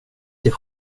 till